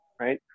right